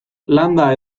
landa